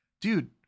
Dude